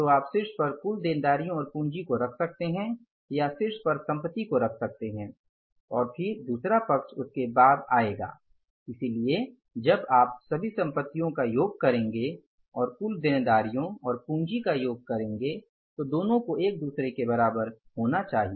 तो आप शीर्ष पर कुल देनदारियों और पूंजी को रख सकते हैं या शीर्ष पर संपत्ति को रख सकते है और फिर दूसरा पक्ष उसके बाद आएगा इसलिए जब आप सभी संपत्तियों का योग करेंगे और कुल देनदारियों और पूंजी का योग करेंगे तो दोनों को एक दूसरे के बराबर होना चाहिए